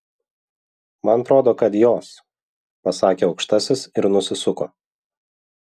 man atrodo kad jos pasakė aukštasis ir nusisuko